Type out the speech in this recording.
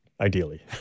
ideally